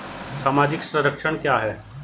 सामाजिक संरक्षण क्या है?